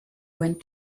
went